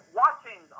watching